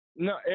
No